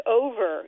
over